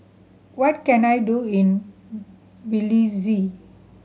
what can I do in Belize